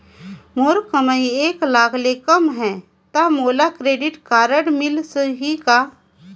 मोर कमाई एक लाख ले कम है ता मोला क्रेडिट कारड मिल ही?